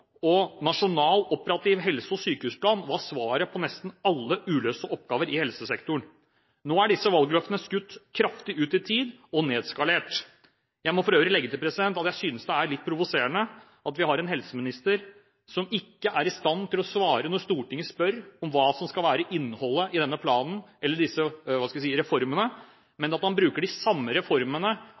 og nasjonal operativ helse- og sykehusplan var svaret på nesten alle uløste oppgaver i helsesektoren. Nå er disse valgløftene skutt kraftig ut i tid og nedjustert. Jeg må for øvrig legge til at jeg synes det er litt provoserende at vi har en helseminister som ikke er i stand til å svare når Stortinget spør om hva som skal være innholdet i denne planen eller i disse reformene, men at han bruker de samme reformene